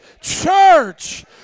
church